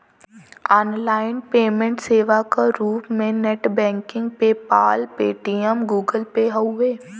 online payment सेवा क रूप में net banking PayPal, Paytm, Google Pay हउवे